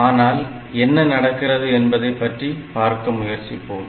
ஆனால் என்ன நடக்கிறது என்பதைப் பற்றி பார்க்க முயற்சிப்போம்